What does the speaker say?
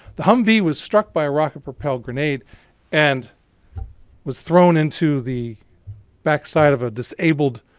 the humvee was struck by a rocket propelled grenade and was thrown in to the back side of a disabled